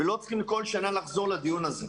ולא צריכים בכל שנה לחזור לדיון הזה.